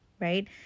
right